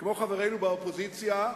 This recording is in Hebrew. כמו חברינו באופוזיציה,